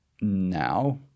now